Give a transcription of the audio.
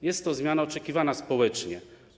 Jest to zmiana oczekiwana społecznie.